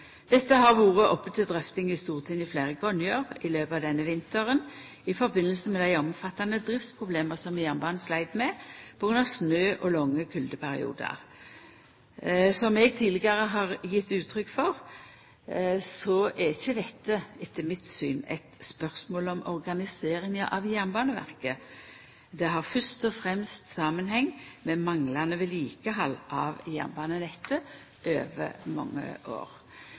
Dette har vore oppe til drøfting i Stortinget fleire gonger i løpet av denne vinteren i samband med dei omfattande driftsproblema som jernbanen sleit med på grunn av snø og lange kuldeperiodar. Som eg tidlegare har gjeve uttrykk for, er ikkje dette etter mitt syn eit spørsmål om organiseringa av Jernbaneverket, det har fyrst og fremst samanheng med manglande vedlikehald av jernbanenettet over mange år.